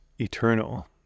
eternal